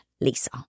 lisa